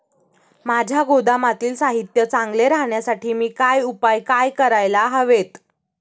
माझ्या गोदामातील साहित्य चांगले राहण्यासाठी मी काय उपाय काय करायला हवेत?